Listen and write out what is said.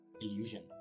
illusion